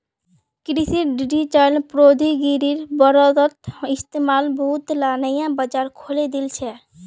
कृषित डिजिटल प्रौद्योगिकिर बढ़ त इस्तमाल बहुतला नया बाजार खोले दिल छेक